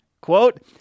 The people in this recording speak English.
quote